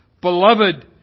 Beloved